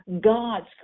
god's